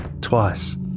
Twice